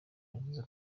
yavuze